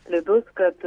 slidus kad